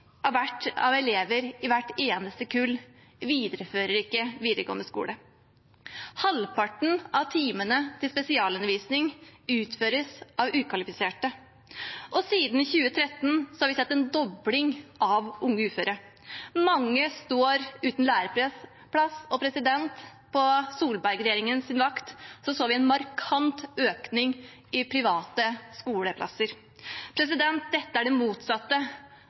av elever i hvert eneste kull fullfører ikke videregående skole. Halvparten av timene til spesialundervisning utføres av ukvalifiserte. Siden 2013 har vi sett en dobling av unge uføre. Mange står uten læreplass. På Solberg-regjeringens vakt så vi en markant økning i private skoleplasser. Dette er det motsatte